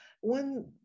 One